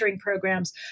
programs